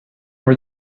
were